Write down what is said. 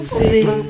see